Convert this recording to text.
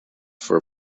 for